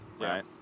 right